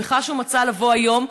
אני שמחה שהוא מצא לנכון לבוא היום,